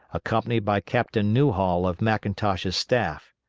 accompanied by captain newhall of mcintosh's staff.